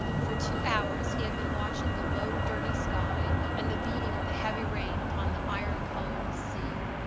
for two hours he had been watching the low, dirty sky and the beating of the heavy rain upon the iron-colored sea.